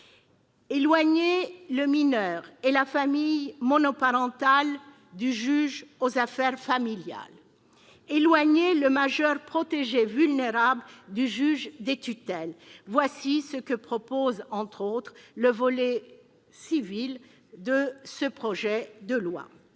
Éloigner le mineur et la famille monoparentale du juge aux affaires familiales, éloigner le majeur protégé vulnérable du juge des tutelles, voilà ce que prévoit, entre autres mesures, le volet civil de ce projet de loi